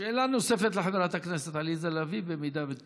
שאלה נוספת לחברת הכנסת עליזה לביא, אם את